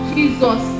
Jesus